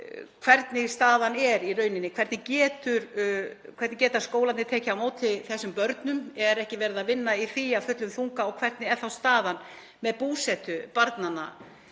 Hvernig er staðan í rauninni, hvernig geta skólarnir tekið á móti þessum börnum? Er ekki verið að vinna í því af fullum þunga? Hvernig er staðan með búsetu barnanna